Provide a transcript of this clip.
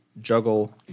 juggle